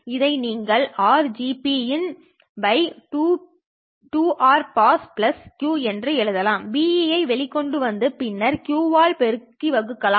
இதை நீங்கள் RGPin2Rρaseq என்று எழுதலாம் Be ஐ வெளியே கொண்டு வந்து பின்னர் q ஆல் பெருக்கி வகுக்கலாம்